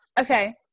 Okay